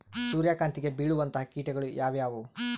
ಸೂರ್ಯಕಾಂತಿಗೆ ಬೇಳುವಂತಹ ಕೇಟಗಳು ಯಾವ್ಯಾವು?